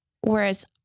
Whereas